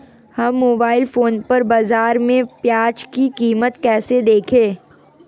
हम mobile phone पर बाज़ार में प्याज़ की कीमत कैसे देखें?